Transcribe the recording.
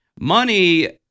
money